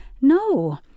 No